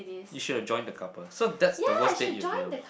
you should join the couple so that's the worst date you've been on